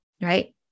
right